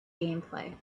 gameplay